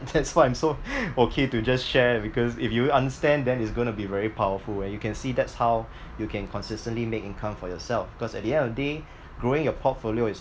that's why I'm so okay to just share because if you understand then it's gonna be very powerful and you can see that's how you can consistently make income for yourself because at the end of the day growing your portfolio is